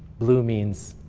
blue means